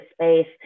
space